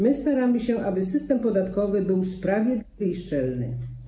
My staramy się, aby system podatkowy był sprawiedliwy i szczelny.